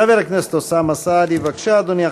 חבר הכנסת אוסאמה סעדי, בבקשה, אדוני.